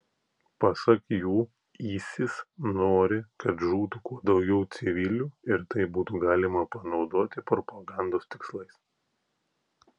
pasak jų isis nori kad žūtų kuo daugiau civilių ir tai būtų galima panaudoti propagandos tikslais